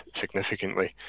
significantly